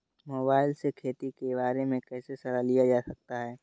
Mobile से खेती के बारे कैसे सलाह लिया जा सकता है?